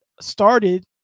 started